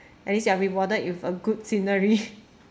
at least you are rewarded with a good scenery